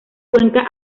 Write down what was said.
cuenca